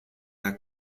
der